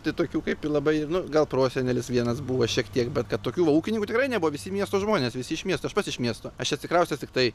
tai tokių kaip ir labai nu gal prosenelis vienas buvo šiek tiek bet kad tokių va ūkininkų tikrai nebuvo visi miesto žmonės visi iš miesto aš pats iš miesto aš atsikraustęs tiktai